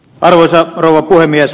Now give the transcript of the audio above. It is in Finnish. arvoisa rouva puhemies